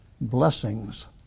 blessings